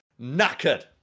knackered